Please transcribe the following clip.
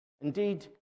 Indeed